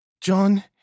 John